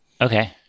Okay